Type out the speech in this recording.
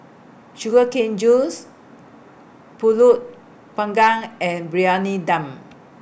Sugar Cane Juice Pulut Panggang and Briyani Dum